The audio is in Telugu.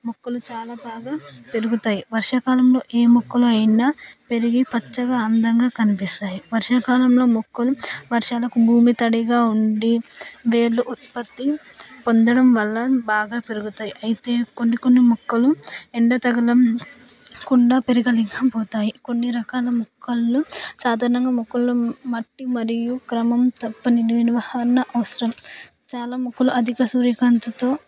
మొక్కలు చాలా బాగా పెరుగుతాయి వర్షాకాలంలో ఏ మొక్కలు అయినా పెరిగి పచ్చగా అందంగా కనిపిస్తాయి వర్షాకాలంలో మొక్కలు వర్షాలకు భూమి తడిగా ఉండి వేర్లు ఉత్పత్తి పొందడం వల్ల బాగా పెరుగుతాయి అయితే కొన్ని కొన్ని మొక్కలు ఎండ తగలకుండా పెరగలేకపోతాయి కొన్ని రకాల మొక్కలు సాధారణంగా మొక్కలు మట్టి మరియు క్రమం తప్పని నేను అవసరం చాలా మొక్కలు అధికంగా సూర్య కాంతితో